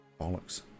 Bollocks